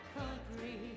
country